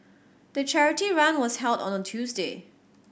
the charity run was held on a Tuesday